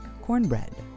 cornbread